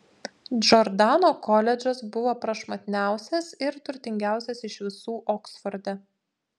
džordano koledžas buvo prašmatniausias ir turtingiausias iš visų oksforde